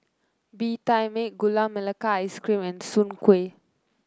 Bee Tai Mak Gula Melaka Ice Cream and Soon Kway